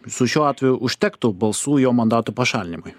su šiuo atveju užtektų balsų jo mandato pašalinimui